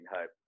Hope